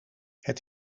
het